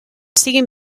siguin